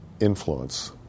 influence